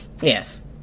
Yes